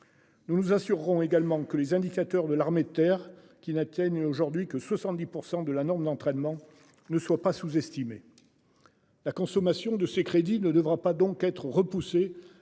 Nous nous assurerons également que les indicateurs de l'armée de terre qui n'atteignent aujourd'hui que 70% de la norme l'entraînement ne soit pas sous-estimer. La consommation de ces crédits ne devra pas donc être repoussée